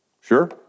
sure